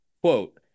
quote